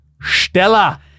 Stella